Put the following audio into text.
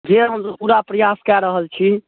जे हमसब पूरा प्रयास कऽ रहल छी